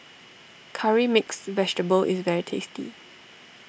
Curry Mixed Vegetable is very tasty